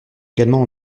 également